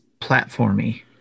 platformy